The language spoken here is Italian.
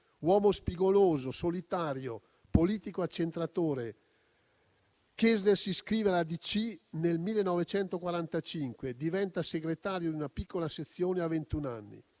Uomo spigoloso, solitario, politico accentratore, Kessler si iscrive alla DC nel 1945 e diventa segretario di una piccola sezione a ventun anni.